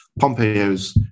Pompeo's